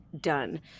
done